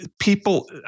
people